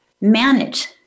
manage